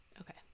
Okay